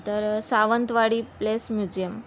नंतर Sawantwadi palace museum